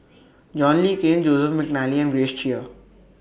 John Le Cain Joseph Mcnally and Grace Chia